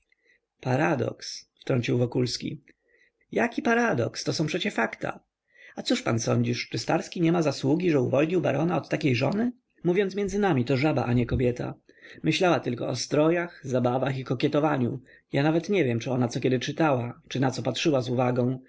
paradoks wtrącił wokulski jaki paradoks to są przecie fakta a cóż pan sądzisz czy starski niema zasługi że uwolnił barona od takiej żony mówiąc między nami to żaba nie kobieta myślała tylko o strojach zabawach i kokietowaniu ja nawet nie wiem czy ona co kiedy czytała czy naco patrzyła z uwagą